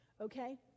okay